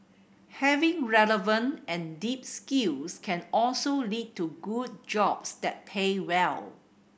having relevant and deep skills can also lead to good jobs that pay well